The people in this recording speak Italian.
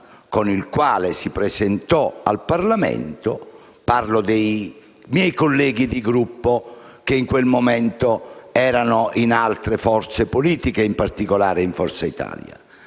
con un proprio programma e noi (parlo dei miei colleghi di Gruppo che in quel momento erano in altre forze politiche, in particolare in Forza Italia)